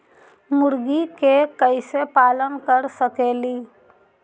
मुर्गि के कैसे पालन कर सकेली?